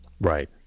right